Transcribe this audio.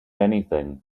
anything